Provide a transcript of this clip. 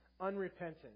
unrepentant